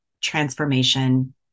transformation